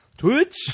Twitch